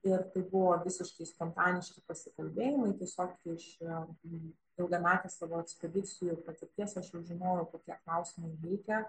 ir tai buvo visiškai spontaniški pasikalbėjimai tiesiog iš ilgametės savo ekspedicijų patirties aš jau žinojau kokie klausimai veikia